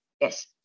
Yes